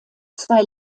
zwei